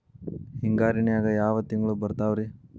ಹಿಂಗಾರಿನ್ಯಾಗ ಯಾವ ತಿಂಗ್ಳು ಬರ್ತಾವ ರಿ?